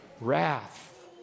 wrath